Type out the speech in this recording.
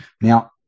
Now